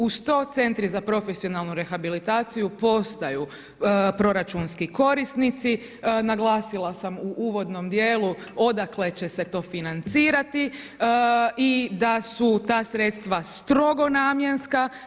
Uz to centri za profesionalnu rehabilitaciju postaju proračunski korisnici, naglasila sam u uvodnom dijelu odakle će se to financirati i da su ta sredstva strogo namjenska.